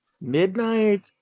midnight